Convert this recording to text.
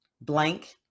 Blank